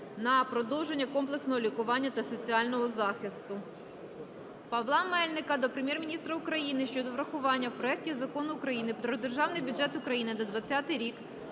на продовження комплексного лікування та соціального захисту. Павла Мельника до Прем'єр-міністра України щодо врахування у проекті Закону України "Про Державний бюджет України на 2020 рік"